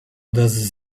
does